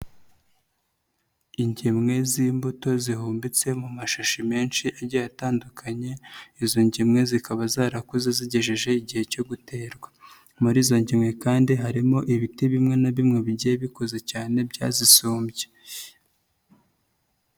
Ingemwe z'imbuto zihumbitse mu mashashi menshi agiye atandukanye, izo ngemwe zikaba zarakozeze zigejeje igihe cyo guterwa. Murizo ngemwe kandi harimo ibiti bimwe na bimwe bigiye bikoze cyane byazisumbye.